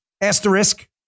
asterisk